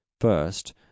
First